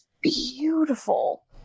beautiful